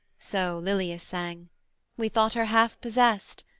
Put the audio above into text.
so lilia sang we thought her half-possessed,